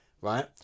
Right